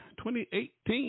2018